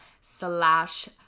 slash